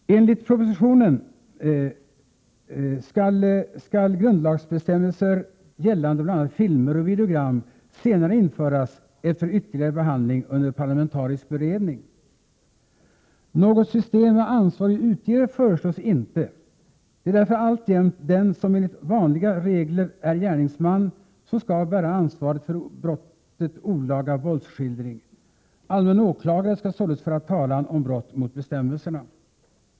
Enligt propositionen skall grundlagsbestämmelser gällande bl.a. filmer och videogram senare införas efter ytterligare behandling under parlamentarisk medverkan. Något system med ansvarig utgivare föreslås inte. Det är därför alltjämt den som enligt vanliga regler är gärningsman som skall bära ansvaret för brottet olaga våldsskildring. Allmän åklagare skall således föra talan om brott mot bestämmelserna.